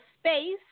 space